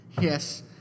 Yes